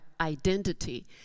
identity